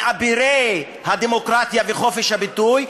מאבירי הדמוקרטיה וחופש הביטוי,